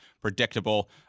predictable